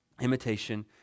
imitation